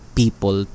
people